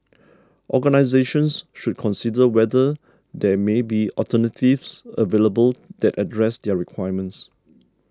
organisations should consider whether there may be alternatives available that address their requirements